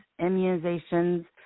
immunizations